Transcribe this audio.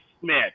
Smith